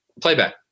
Playback